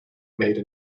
made